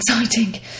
exciting